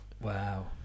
Wow